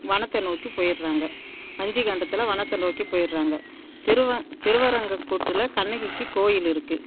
வனத்தை நோக்கி போய்ட்றாங்க வஞ்சி காண்டத்தில் வனத்தை நோக்கி போய்ட்றாங்க திருவ திருவரங்க கோட்டில் கண்ணகிக்கு கோவில் இருக்குது